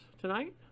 tonight